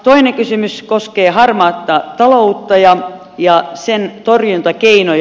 toinen kysymys koskee harmaata taloutta ja sen torjuntakeinoja